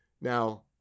Now